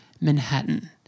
Manhattan